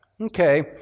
Okay